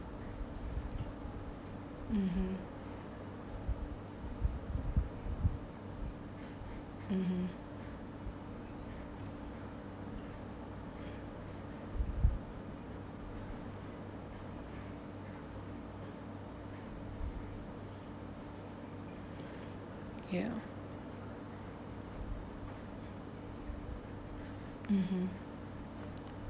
(uh huh) (uh huh) ya (uh huh)